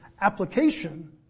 application